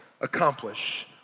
accomplish